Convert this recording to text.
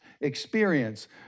experience